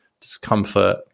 discomfort